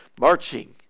marching